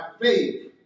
faith